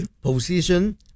position